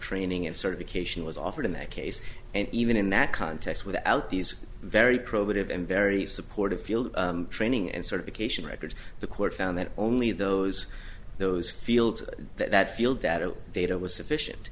training and certification was offered in that case and even in that context without these very probative and very supportive field training and certification records the court found that only those those fields that field that are data was sufficient